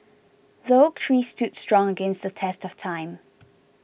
the oak tree stood strong against the test of time